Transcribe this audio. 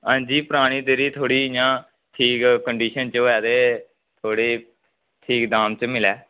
आंजी परानी जेह्ड़ी थोड़ी इ'यां ठीक कंडीशन च होऐ ते थोड़ी ठीक दाम च मिलै